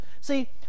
See